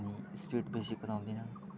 अनि स्पिड बेसी कुदाउँदिनँ